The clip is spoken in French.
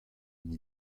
une